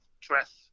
dress